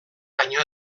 baino